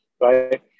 right